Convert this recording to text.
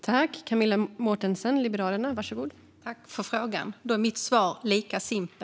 Fru talman! Jag tackar för frågan. Mitt svar är lika simpelt: Ja.